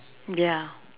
ya